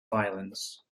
violence